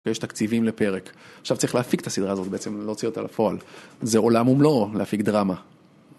ויש תקציבים לפרק, עכשיו צריך להפיק את הסדרה הזאת בעצם, להוציא אותה לפועל, זה עולם ומלואו להפיק דרמה.